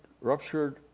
ruptured